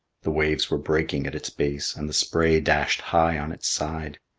the waves were breaking at its base and the spray dashed high on its side.